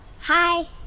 Hi